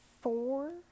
four